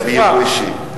זה מייבוא אישי.